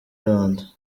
rwanda